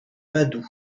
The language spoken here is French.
padoue